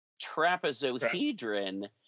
trapezohedron